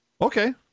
Okay